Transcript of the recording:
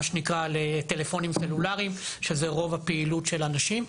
לטלפונים סלולריים, שזה רוב הפעילות של אנשים,